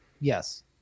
Yes